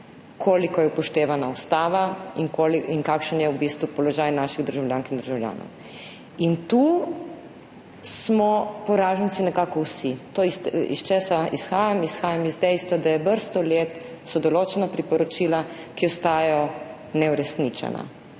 koliko je upoštevana ustava in kakšen je v bistvu položaj naših državljank in državljanov. Tu smo poraženci nekako vsi. Iz česa izhajam? Izhajam iz dejstva, da so vrsto let določena priporočila, ki ostajajo neuresničena.